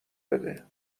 بده